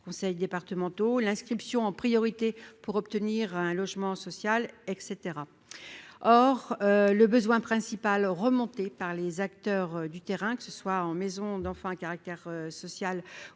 conseils départementaux, l'inscription en priorité pour obtenir un logement social, etc, or le besoin principal remonté par les acteurs du terrain, que ce soit en maison d'enfants à caractère social ou